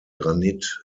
granit